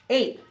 Eight